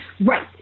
Right